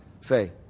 faith